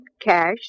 cash